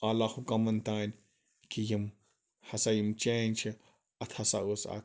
اعلیٰ حُکامَن تام کہِ یِم ہَسا یِم چینٛج چھِ اَتھ ہَسا اوس اَکھ